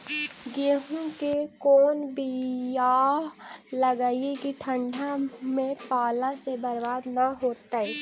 गेहूं के कोन बियाह लगइयै कि ठंडा में पाला से बरबाद न होतै?